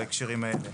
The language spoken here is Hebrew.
בהקשרים האלה.